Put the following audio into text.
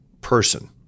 person